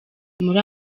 muri